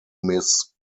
miss